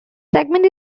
segment